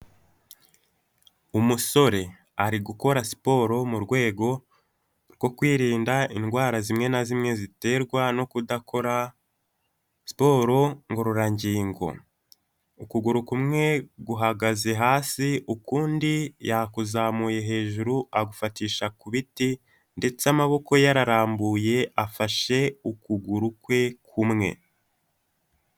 Umusore ari gukora siporo mu rwego rwo kwirinda indwara zimwe na zimwe ziterwa no kudakora siporo ngororangingo, ukuguru kumwe guhagaze hasi ukundi yakuzamuye hejuru agufatisha ku biti, ndetse amaboko ye ararambuye afashe ukuguru kwe kumwe.